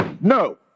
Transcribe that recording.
No